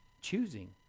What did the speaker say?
choosing